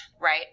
Right